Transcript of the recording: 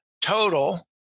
total